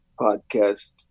podcast